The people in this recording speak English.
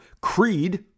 Creed